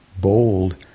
bold